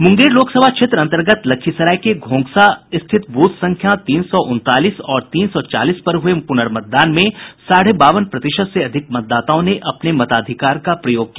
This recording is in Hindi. मूंगेर लोकसभा क्षेत्र अंतर्गत लखीसराय के घोंघसा स्थित बूथ संख्या तीन सौ उनतालीस और तीन सौ चालीस पर हुए पुनमर्तदान में साढ़े बावन प्रतिशत से अधिक मतदाताओं ने अपने मताधिकार का प्रयोग किया